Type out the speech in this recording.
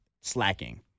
slacking